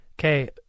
Okay